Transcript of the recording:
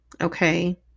Okay